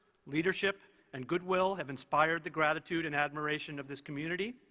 leadership and goodwill have inspired the gratitude and admiration of this community,